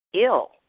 ill